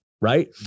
right